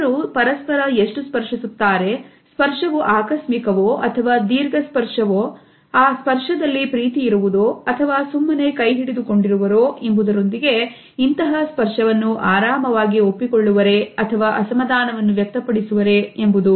ಜನರು ಪರಸ್ಪರ ಎಷ್ಟು ಸ್ಪರ್ಶಿಸುತ್ತಾರೆ ಸ್ಪರ್ಶವು ಆಕಸ್ಮಿಕವೋ ಅಥವಾ ದೀರ್ಘ ಸ್ಪರ್ಶವು ಆ ಸ್ಪರ್ಶದಲ್ಲಿ ಪ್ರೀತಿ ಇರುವುದೋ ಅಥವಾ ಸುಮ್ಮನೆ ಕೈಹಿಡಿದು ಕೊಂಡಿರುವರೋ ಎಂಬುದರೊಂದಿಗೆ ಇಂತಹ ಸ್ಪರ್ಶವನ್ನು ಆರಾಮವಾಗಿ ಒಪ್ಪಿಕೊಳ್ಳುವರೇ ಅಥವಾ ಅಸಮಾಧಾನವನ್ನು ವ್ಯಕ್ತಪಡಿಸುವರೇ ಎಂಬುದು